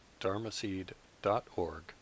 dharmaseed.org